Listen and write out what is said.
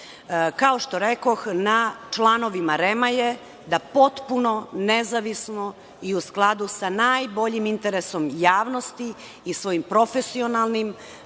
što rekoh, na članovima REM je da potpuno nezavisno i u skladu sa najboljim interesom javnosti i svojim profesionalnim